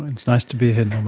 it's nice to be here, um